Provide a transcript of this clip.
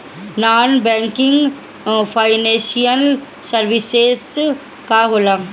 Non banking financial services का होला?